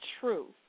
true